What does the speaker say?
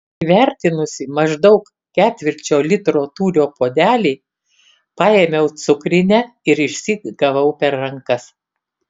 įvertinusi maždaug ketvirčio litro tūrio puodelį paėmiau cukrinę ir išsyk gavau per rankas